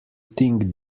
think